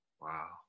wow